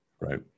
right